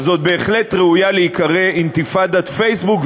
אז היא בהחלט ראויה להיקרא "אינתיפאדת פייסבוק",